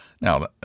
Now